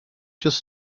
just